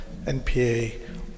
NPA